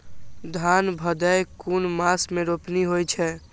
धान भदेय कुन मास में रोपनी होय छै?